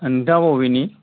नोंथाङा बबेनि